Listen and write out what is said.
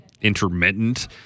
intermittent